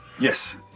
Yes